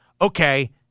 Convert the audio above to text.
okay